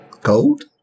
gold